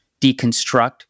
deconstruct